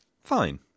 Fine